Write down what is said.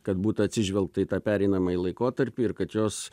kad būtų atsižvelgta į tą pereinamąjį laikotarpį ir kad jos